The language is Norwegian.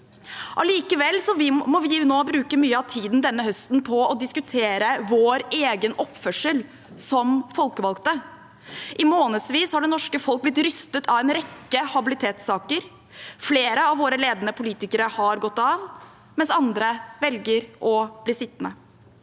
Allikevel må vi nå bruke mye av tiden denne høsten på å diskutere vår egen oppførsel som folkevalgte. I månedsvis har det norske folk blitt rystet av en rekke habilitetssaker. Flere av våre ledende politikere har gått av, mens andre velger å bli sittende.